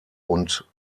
und